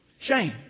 Shame